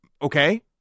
okay